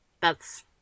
thats